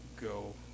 go